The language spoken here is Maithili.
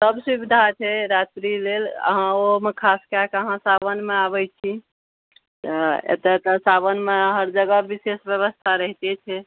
सब सुबिधा छै रात्रि लेल अहाँ ओहोमे खास कए कऽ अहाँ साबनमे आबै छी तऽ एतऽ तऽ साबनमे हर जगह विशेष ब्यवस्था रहिते छै